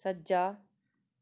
ਸੱਜਾ